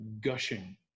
gushing